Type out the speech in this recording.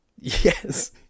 Yes